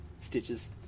stitches